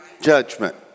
judgment